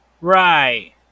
Right